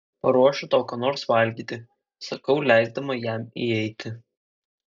paruošiu tau ką nors valgyti sakau leisdama jam įeiti